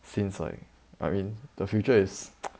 since like I mean the future is